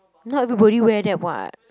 not everybody wear that [what]